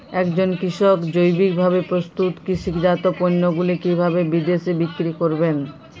একজন কৃষক জৈবিকভাবে প্রস্তুত কৃষিজাত পণ্যগুলি কিভাবে বিদেশে বিক্রি করবেন?